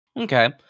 Okay